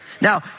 Now